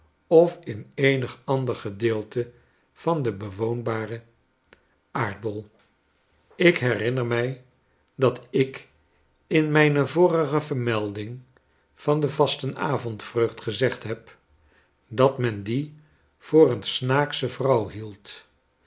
of in eenig ander gedeelte van den bewoonbaren aardbol ik herinner mij dat ik in mijne vorige vermelding van de vastenavondvreugd gezegd heb dat men die voor een snaaksche vrouw hield